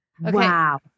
Wow